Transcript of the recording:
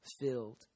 filled